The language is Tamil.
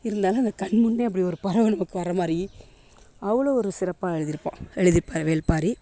இருந்தாலும் அதை கண்முன்னே அப்படி ஒரு பறவை நமக்கு வர்றமாதிரி அவ்வளோ ஒரு சிறப்பாக எழுதிருப்பார் எழுதிருப்பார் வேள்பாரி